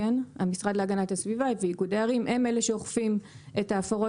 אלא המשרד להגנת הסביבה ואיגודי ערים הם אלה שאוכפים את ההפרות